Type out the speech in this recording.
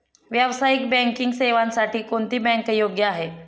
व्यावसायिक बँकिंग सेवांसाठी कोणती बँक योग्य आहे?